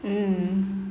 mm